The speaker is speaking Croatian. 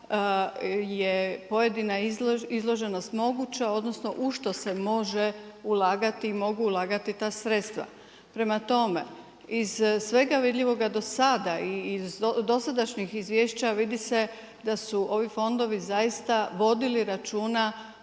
je pojedina izloženost moguća odnosno u što se može ulagati i mogu ulagati ta sredstva. Prema tome, iz svega vidljivoga do sada i iz dosadašnjih izvješća vidi se da su ovi fondovi zaista vodili računa